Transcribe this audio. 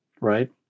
right